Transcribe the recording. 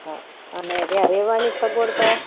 હા અને ન્યા રેવાની સગવડતા